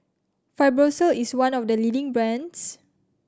Fibrosol is one of the leading brands